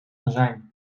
azijn